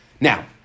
now